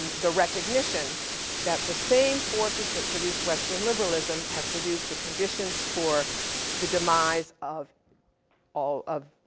and the recognition that the same forces that produce western liberalism, have produced the conditions for the demise of all of,